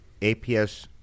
APS